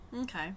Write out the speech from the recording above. okay